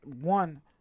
one